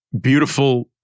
beautiful